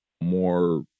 more